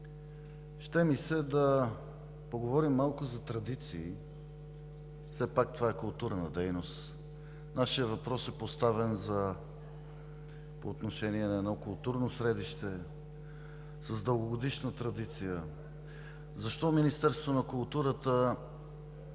Ще ми се да поговорим малко за традиции – все пак това е културна дейност. Нашият въпрос е поставен по отношение на едно културно средище с дългогодишна традиция. Министерството на културата